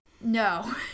No